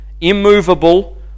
immovable